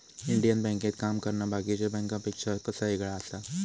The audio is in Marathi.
इंडियन बँकेत काम करना बाकीच्या बँकांपेक्षा कसा येगळा आसा?